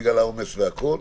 בגלל העומס וכו'.